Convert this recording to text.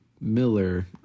Miller